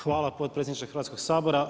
Hvala potpredsjedniče Hrvatskog sabora.